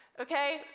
Okay